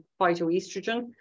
phytoestrogen